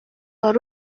wari